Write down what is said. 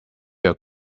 your